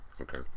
okay